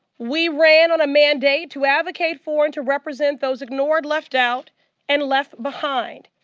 we ran on a mandate to advocate for and to represent those ignored, left out and left behind.